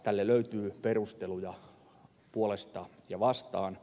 tälle löytyy perusteluja puolesta ja vastaan